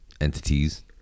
entities